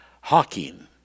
Hawking